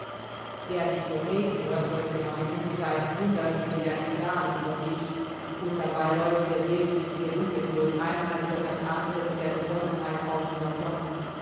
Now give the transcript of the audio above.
wer dich so reden hört sollte meinen du seiest wunder wie sehr im klaren über dich und dabei läuft dir sehnsüchtige ungeduld einmal über das andere mit der besonnenheit auf und davon